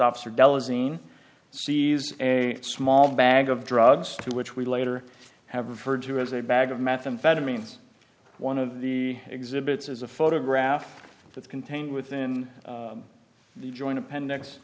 in sees a small bag of drugs to which we later have referred to as a bag of methamphetamines one of the exhibits is a photograph that's contained within the joint appendix